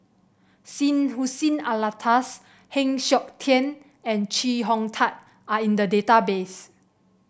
Syed Hussein Alatas Heng Siok Tian and Chee Hong Tat are in the database